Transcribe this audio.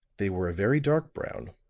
they were a very dark brown,